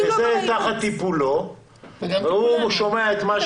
זה תחת טיפולו והוא שומע את מה שאת אומרת.